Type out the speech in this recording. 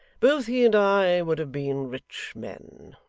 both he and i would have been rich men.